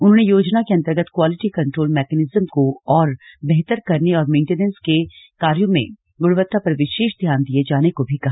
उन्होंने योजना के अन्तर्गत क्वालिटी कंट्रोल मैकेनिज्म को और बेहतर करने और मेंटिनेंस के कार्यों में गुणवत्ता पर विशेष ध्यान दिये जाने को भी कहा